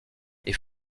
est